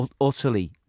utterly